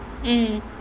mm